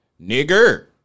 nigger